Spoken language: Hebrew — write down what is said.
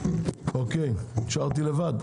אוקיי, נשארתי לבד.